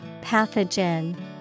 Pathogen